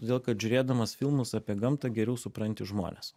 todėl kad žiūrėdamas filmus apie gamtą geriau supranti žmones